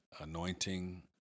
anointing